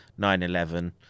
9-11